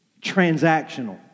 transactional